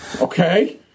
Okay